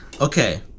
Okay